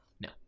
No